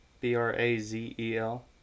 B-R-A-Z-E-L